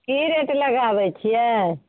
की rate लगाबैत छियै